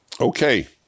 Okay